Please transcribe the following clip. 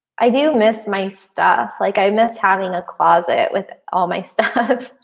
i do miss my stuff like i miss having a closet with all my stuff.